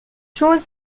choses